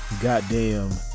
goddamn